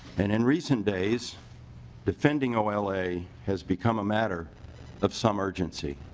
and in recent days defending ola has become a matter of some urgency.